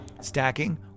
Stacking